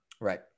Right